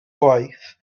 gwaith